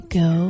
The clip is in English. go